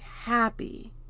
happy